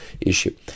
issue